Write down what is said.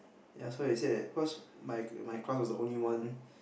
ya so they said that cause my my class was the only one